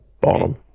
Bottom